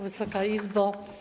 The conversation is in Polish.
Wysoka Izbo!